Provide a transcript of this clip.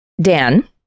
Dan